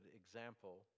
example